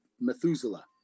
Methuselah